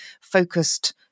focused